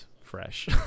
fresh